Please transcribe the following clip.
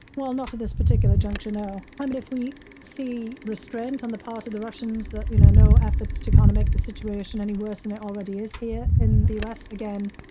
well, not at this particular juncture, no. i mean, if we see restraint on the part of the russians that you know, no efforts to kind of make the situation any worse than it already is. here in the us again,